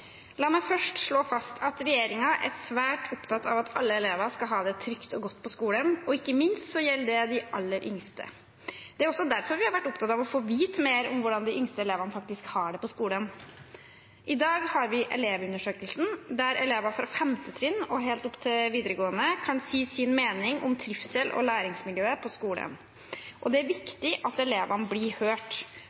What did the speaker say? La meg først slå fast at regjeringen er svært opptatt av at alle elever skal ha det trygt og godt på skolen, og ikke minst gjelder det de aller yngste. Det er også derfor vi har vært opptatt av å få vite mer om hvordan de yngste elevene faktisk har det på skolen. I dag har vi Elevundersøkelsen, der elever fra 5. trinn og helt opp til videregående kan si sin mening om trivsel og læringsmiljø på skolen. Det er viktig at elevene blir hørt,